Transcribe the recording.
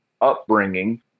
upbringing